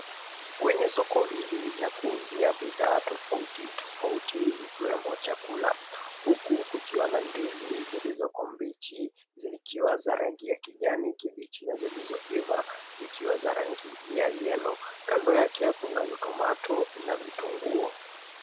Kwenye soko hili la kuuzia bidhaa tofauti tofauti zikiwemo chakula. Huku kukiwa na ndizi zilizoko mbichi zikiwa za rangi ya kijani kibichi, na zilizo iva zikiwa za rangi ya yellow . Kando yake kunavyo tomato na vitunguo.